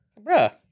Bruh